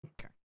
Okay